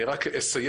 אני רק אסיים,